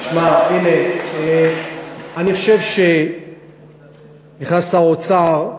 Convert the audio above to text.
נכנס שר האוצר,